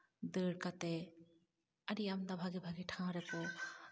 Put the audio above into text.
ᱫᱟᱹᱲ ᱠᱟᱛᱮ ᱟᱹᱰᱤ ᱟᱢᱫᱟ ᱵᱷᱟᱜᱮ ᱵᱷᱟᱜᱮ ᱴᱷᱟᱶ ᱨᱮᱠᱚ